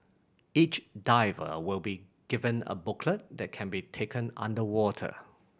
each diver will be given a booklet that can be taken underwater